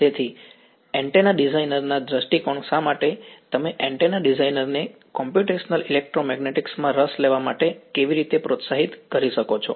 તેથી antenna designer ના દૃષ્ટિકોણથી શા માટે તમે એન્ટેના ડિઝાઇનર ને કોમ્પ્યુટેશનલ ઇલેક્ટ્રોમેગ્નેટિક્સ માં રસ લેવા માટે કેવી રીતે પ્રોત્સાહિત કરી શકો છો